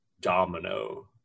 domino